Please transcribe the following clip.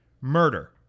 Murder